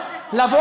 למה זה קורה,